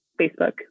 Facebook